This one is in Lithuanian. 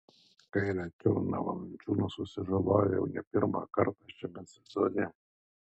kairę čiurną valančiūnas susižalojo jau ne pirmą kartą šiame sezone